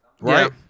right